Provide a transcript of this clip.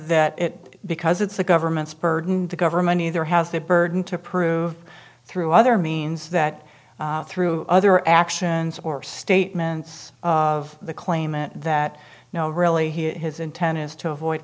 that it because it's the government's burden the government either has the burden to prove through other means that through other actions or statements of the claimant that no really here his intent is to avoid